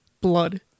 Blood